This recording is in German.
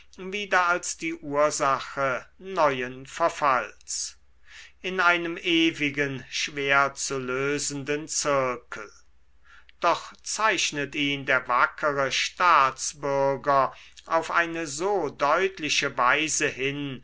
wieder als die ursache neuen verfalls in einem ewigen schwer zu lösenden zirkel doch zeichnet ihn der wackere staatsbürger auf eine so deutliche weise hin